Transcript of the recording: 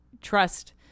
trust